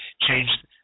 change